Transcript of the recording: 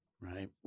right